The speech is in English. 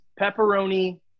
pepperoni